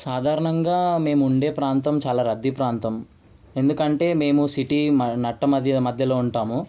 సాధారణంగా మేము ఉండే ప్రాంతం చాలా రద్దీ ప్రాంతం ఎందుకంటే మేము సిటీ నట్టనడి మధ్యలో ఉంటాము